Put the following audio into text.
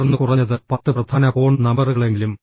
തുടർന്ന് കുറഞ്ഞത് 10 പ്രധാന ഫോൺ നമ്പറുകളെങ്കിലും